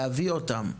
להביא אותם.